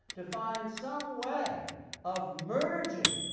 to find some way of merging